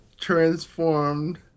transformed